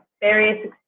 various